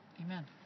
Amen